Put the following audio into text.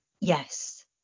Yes